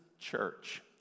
church